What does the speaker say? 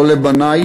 לא לבני,